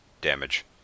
damage